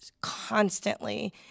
constantly